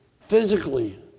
physically